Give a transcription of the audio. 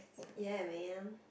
ya man